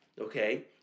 okay